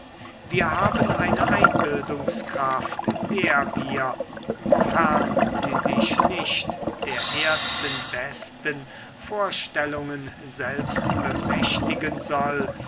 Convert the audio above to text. wir haben eine einbildungskraft der wir wofern sie sich nicht der ersten besten vorstellungen selbst bemächtigen soll